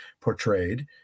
portrayed